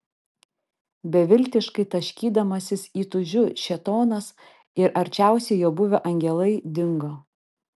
beviltiškai taškydamasis įtūžiu šėtonas ir arčiausiai jo buvę angelai dingo